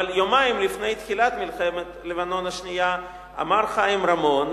אבל יומיים לפני תחילת מלחמת לבנון השנייה אמר חיים רמון,